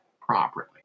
properly